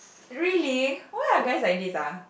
really why are guys like this ah